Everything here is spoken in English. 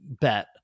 bet